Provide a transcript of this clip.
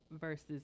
versus